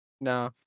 No